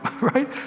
right